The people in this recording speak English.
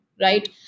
right